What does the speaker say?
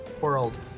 world